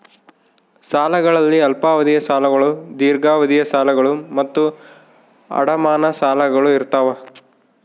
ಸಾಲಗಳಲ್ಲಿ ಅಲ್ಪಾವಧಿಯ ಸಾಲಗಳು ದೀರ್ಘಾವಧಿಯ ಸಾಲಗಳು ಮತ್ತು ಅಡಮಾನ ಸಾಲಗಳು ಇರ್ತಾವ